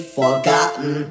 forgotten